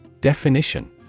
Definition